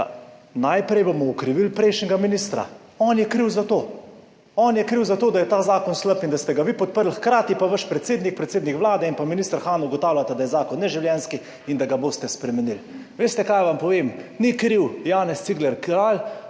Ja, najprej bomo okrivili prejšnjega ministra, on je kriv za to, on je kriv za to, da je ta zakon slab in da ste ga vi podprli, hkrati pa vaš predsednik, predsednik Vlade in pa minister Han ugotavljata, da je zakon neživljenjski in da ga boste spremenili. Veste kaj vam povem? Ni kriv Janez Cigler Kralj,